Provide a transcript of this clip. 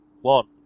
one